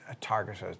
targeted